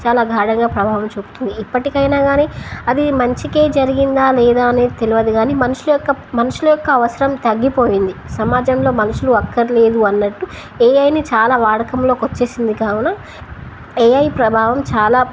చాలా గాఢంగా ప్రభావం చూపుతుంది ఇప్పటికైనా కానీ అది మంచికే జరిగిందా లేదా అనేది తెలియదు కాని మనిషి యొక్క మనుషుల యొక్క అవసరం తగ్గిపోయింది సమాజంలో మనుషులు అక్కర లేదు అన్నట్టు ఏఐని చాలా వాడకంలోకి వచ్చేసింది కావున ఏఐ ప్రభావం చాలా